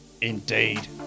indeed